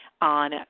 on